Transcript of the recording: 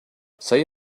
say